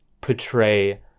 portray